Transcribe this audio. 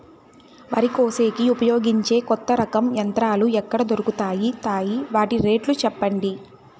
వరి కోసేకి ఉపయోగించే కొత్త రకం యంత్రాలు ఎక్కడ దొరుకుతాయి తాయి? వాటి రేట్లు చెప్పండి?